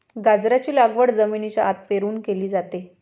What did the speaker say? गाजराची लागवड जमिनीच्या आत पेरून केली जाते